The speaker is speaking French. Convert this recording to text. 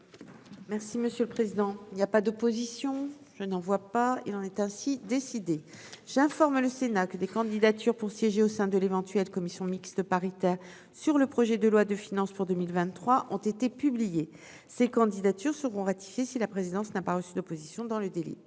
Merci monsieur le président, il y a pas d'opposition, je n'en vois pas, il en est ainsi décidé j'informe le Sénat que des candidatures pour siéger au sein de l'éventuelle commission mixte paritaire sur le projet de loi de finances pour 2023 ont été publiés ces candidatures seront ratifiées si la présidence n'a pas reçu d'opposition dans le délai